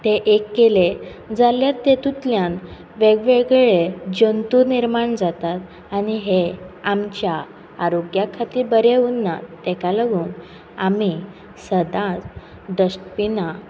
ते एक केले जाल्यार तेतूंतल्यान वेगळेवेगळे जंतू निर्माण जातात आनी हे आमच्या आरोग्याक खातीर बरें उरना ताका लागून आमी सदांच डस्टबिनां